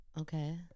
Okay